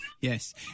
Yes